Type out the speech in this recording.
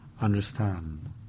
understand